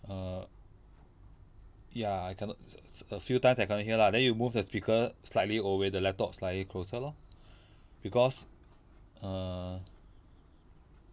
err ya I cannot a few times I cannot hear lah then you move the speaker slightly away the laptop slightly closer lor because err